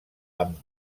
amb